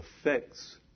Affects